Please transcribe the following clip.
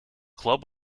club